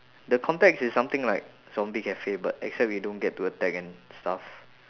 the context is something like zombie cafe but except you don't get to attack and stuff